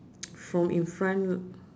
from in front